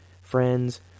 friends